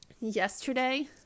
Yesterday